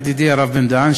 ידידי הרב בן-דהן,